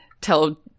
Tell